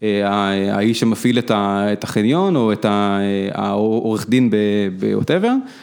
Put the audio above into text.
האיש שמפעיל את החניון או את העורך-דין בוואטאבר.